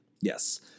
Yes